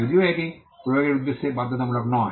যদিও এটি প্রয়োগের উদ্দেশ্যে বাধ্যতামূলক নয়